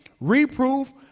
reproof